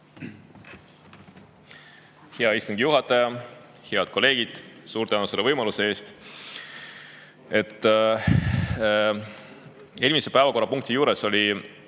Hea istungi juhataja! Head kolleegid! Suur tänu selle võimaluse eest! Eelmise päevakorrapunkti juures oli